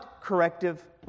corrective